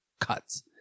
cuts